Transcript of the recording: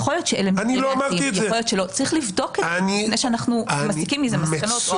אני לא אמרתי את זה צריך לבדוק את זה לפני שאנחנו מסיקים מזה מסקנות.